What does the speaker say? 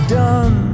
done